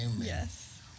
yes